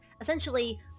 essentially